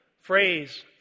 phrase